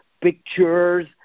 pictures